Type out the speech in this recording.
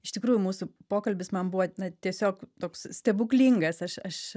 iš tikrųjų mūsų pokalbis man buvo na tiesiog toks stebuklingas aš aš